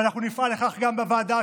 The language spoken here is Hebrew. ואנחנו נפעל לכך גם בוועדה,